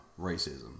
Racism